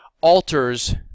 alters